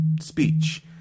speech